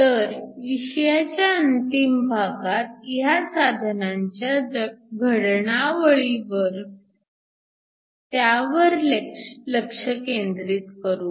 तर विषयाच्या अंतिम भागात ह्या साधनांच्या घडणावळीवर त्यावर लक्ष केंद्रित करू